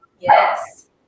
Yes